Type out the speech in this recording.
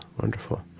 Wonderful